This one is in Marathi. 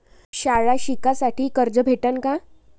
शाळा शिकासाठी कर्ज भेटन का?